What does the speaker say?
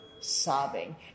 sobbing